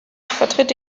vertritt